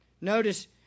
Notice